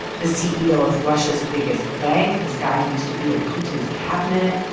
the ceo of russia's biggest bank, this guy who used to be in putin's cabinet,